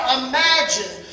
imagine